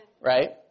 Right